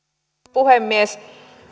puhemies